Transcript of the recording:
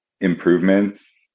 improvements